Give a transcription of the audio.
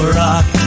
rock